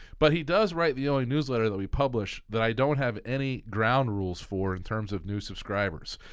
but he does write the only newsletter that we publish that i don't have any ground rules for in terms of new subscribers.